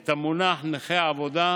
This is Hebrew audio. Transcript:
את המונח נכה עבודה,